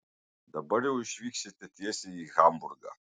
dabar jau išvyksite tiesiai į hamburgą